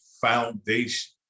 foundation